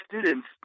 students